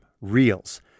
Reels